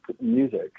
music